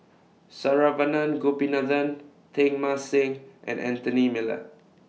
Saravanan Gopinathan Teng Mah Seng and Anthony Miller